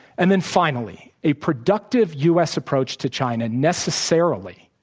and then finally, a productive u. s. approach to china necessarily,